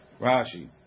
Rashi